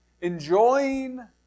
enjoying